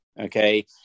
okay